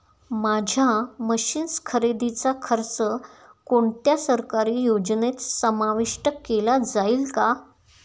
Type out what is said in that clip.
माझ्या मशीन्स खरेदीचा खर्च कोणत्या सरकारी योजनेत समाविष्ट केला जाईल का?